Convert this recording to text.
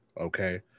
okay